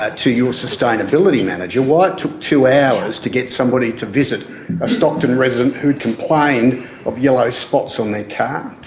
ah your sustainability manager, why it took two hours to get somebody to visit a stockton resident who'd complained of yellow spots on their car?